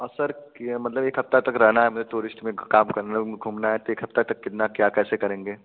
और सर कि मतलब एक हफ़्ते तक रहना है मुझे टूरिस्ट में काम करना है घूमना है तो एक हफ़्ते तक कितना क्या कैसे करेंगे